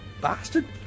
bastard